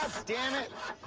ah goddamn it.